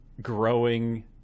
growing